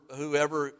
whoever